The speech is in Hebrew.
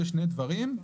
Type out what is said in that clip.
שני דברים.